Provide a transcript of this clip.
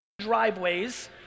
driveways